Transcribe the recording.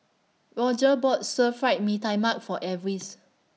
Roger bought Stir Fried Mee Tai Mak For Alvis